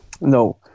No